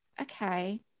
okay